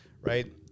right